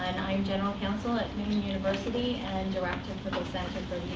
and i am general counsel at neumann university and director for the center